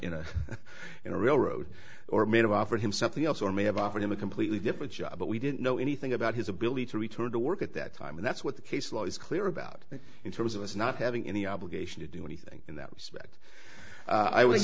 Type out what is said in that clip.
know in a railroad or made of offer him something else or may have offered him a completely different job but we didn't know anything about his ability to return to work at that time and that's what the case law is clear about in terms of us not having any obligation to do anything in that respect i would